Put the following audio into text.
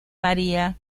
maría